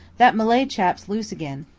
that malay chap's loose again.